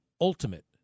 ultimate